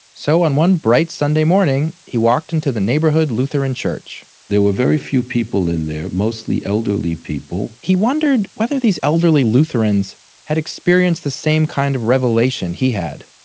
so on one bright sunday morning, he walked into the neighborhood lutheran church. there were very few people in there. mostly elderly people he wondered whether these elderly lutherans had experienced the same kind of revelation he had.